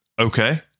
Okay